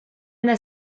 their